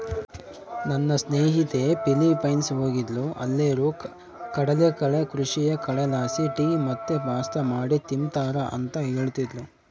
ನನ್ನ ಸ್ನೇಹಿತೆ ಫಿಲಿಪೈನ್ಸ್ ಹೋಗಿದ್ದ್ಲು ಅಲ್ಲೇರು ಕಡಲಕಳೆ ಕೃಷಿಯ ಕಳೆಲಾಸಿ ಟೀ ಮತ್ತೆ ಪಾಸ್ತಾ ಮಾಡಿ ತಿಂಬ್ತಾರ ಅಂತ ಹೇಳ್ತದ್ಲು